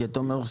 כי אתה אומר,